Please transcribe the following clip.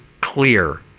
clear